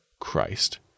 Christ